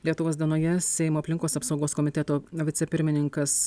lietuvos dienoje seimo aplinkos apsaugos komiteto vicepirmininkas